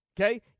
Okay